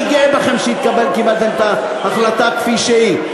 אני גאה בכם שקיבלתם את ההחלטה כפי שהיא.